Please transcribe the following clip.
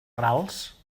rals